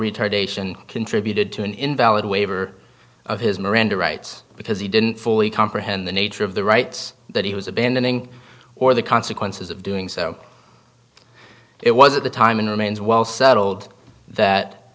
retardation contributed to an invalid waiver of his miranda rights because he didn't fully comprehend the nature of the rights that he was abandoning or the consequences of doing so it was at the time and remains well settled